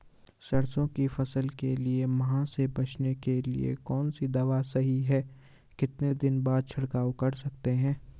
सरसों की फसल के लिए माह से बचने के लिए कौन सी दवा सही है कितने दिन बाद छिड़काव कर सकते हैं?